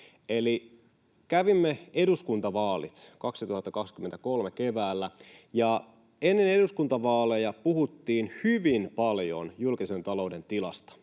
Eli kävimme eduskuntavaalit keväällä 2023, ja ennen eduskuntavaaleja puhuttiin hyvin paljon julkisen talouden tilasta.